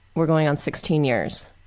we're going on sixteen years.